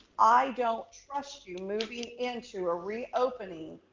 i don't trust you moving into a reopening,